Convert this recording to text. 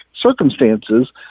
circumstances